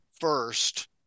first